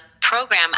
program